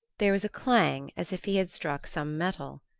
there was a clang as if he had struck some metal.